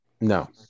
No